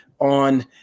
on